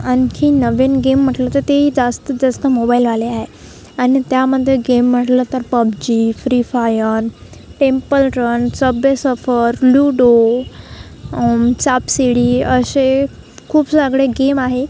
आणखी नवीन गेम म्हटलं तर तेही जास्तीत जास्त मोबाईल आले आहे आणि त्यामध्ये गेम म्हटलं तर PUBG free fire temple run subway surfers ludo सापशिडी असे खूप सगळे गेम आहे